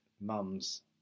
mums